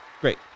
Great